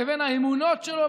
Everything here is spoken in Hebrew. לבין האמונות שלו,